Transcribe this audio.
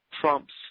trumps